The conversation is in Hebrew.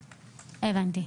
הבנתי.